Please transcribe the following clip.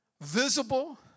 visible